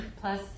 plus